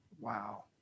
Wow